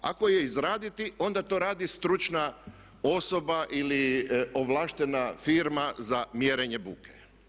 Ako je izraditi onda to radi stručna osoba ili ovlaštena firma za mjerenje buke.